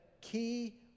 key